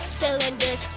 cylinders